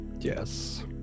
Yes